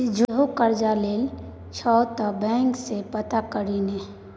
सोझे करज लए के छौ त बैंक सँ पता करही ने